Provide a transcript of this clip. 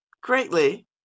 greatly